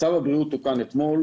צו הבריאות תוקן אתמול.